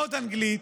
ללמוד אנגלית,